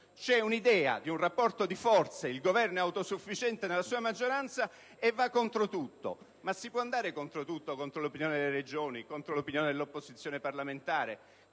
C'è l'idea di un rapporto di forze per cui il Governo è autosufficiente nella sua maggioranza e va contro tutto; ma si può andare contro tutto? Contro l'opinione delle Regioni e dell'opposizione parlamentare?